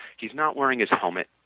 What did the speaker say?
he is not wearing his helmet,